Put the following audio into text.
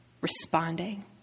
responding